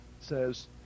says